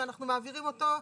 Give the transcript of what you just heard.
ואנחנו מעבירים אותו.